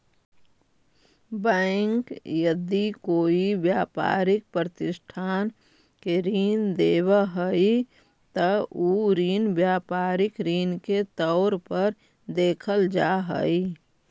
bank यदि कोई व्यापारिक प्रतिष्ठान के ऋण देवऽ हइ त उ ऋण व्यापारिक ऋण के तौर पर देखल जा हइ